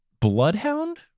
bloodhound